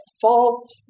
fault